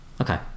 Okay